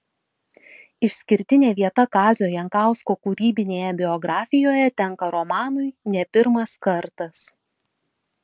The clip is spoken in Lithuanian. išskirtinė vieta kazio jankausko kūrybinėje biografijoje tenka romanui ne pirmas kartas